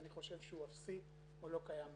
אני חושב שהוא אפסי או לא קיים בארץ,